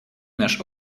наш